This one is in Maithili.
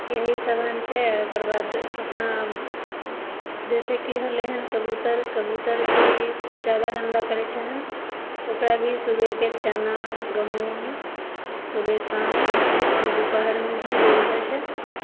इएहसब ने छै ओकर बाद अपना जइसेकि होलै हँ कबुतर कबुतर भी जादा गन्दा करै छहन ओकरा भी सुबहके चना गहूम सुबह शाम आओर दुपहरमे भी देल जाइ छै